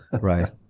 Right